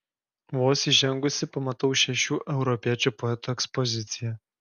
vos įžengusi pamatau šešių europiečių poetų ekspoziciją